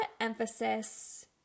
emphasis